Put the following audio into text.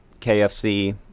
KFC